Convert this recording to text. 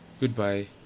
Goodbye